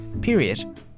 period